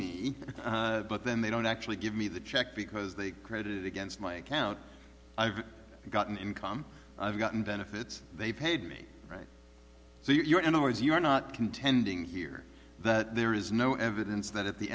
me but then they don't actually give me the check because they credit against my account i've got an income i've gotten benefits they paid me right so you're and always you are not contending here that there is no evidence that at the